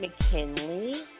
McKinley